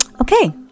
okay